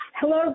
Hello